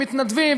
מתנדבים,